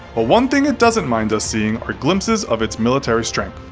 ah one thing it doesn't mind us seeing are glimpses of its military strength.